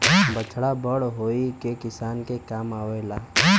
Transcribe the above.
बछड़ा बड़ होई के किसान के काम आवेला